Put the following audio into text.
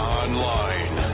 online